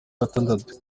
gatandatu